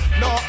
no